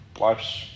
life's